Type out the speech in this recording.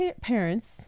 parents